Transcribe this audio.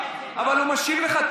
אבל הוא משיב לך,